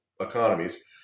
economies